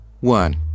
One